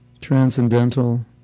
transcendental